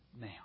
now